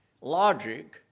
logic